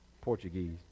Portuguese